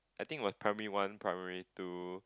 I think it was primary one primary two